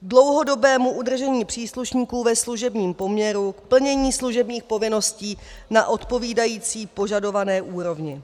k dlouhodobému udržení příslušníků ve služebním poměru, plnění služebních povinností na odpovídající požadované úrovni.